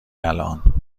الان